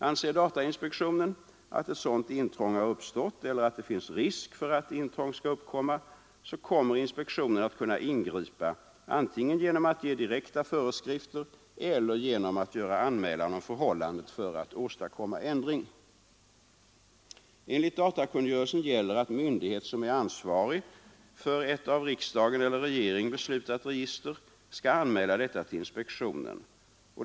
Anser datainspektionen att ett sådant intrång har uppstått eller att det finns risk för att intrång skall uppkomma, kommer inspektionen att kunna ingripa antingen genom att ge direkta föreskrifter eller genom att göra anmälan om förhållandet för att åstadkomma ändring. Enligt datakungörelsen gäller att myndighet som är ansvarig för ett av riksdag eller regering beslutat register skall anmäla detta till inspektionen.